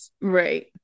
right